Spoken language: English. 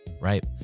right